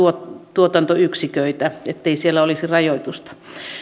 tuotantoyksiköitä ettei siellä olisi rajoitusta